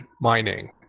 mining